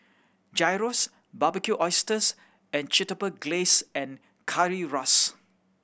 Gyros Barbecued Oysters and Chipotle Glaze and Currywurst